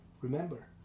remember